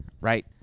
right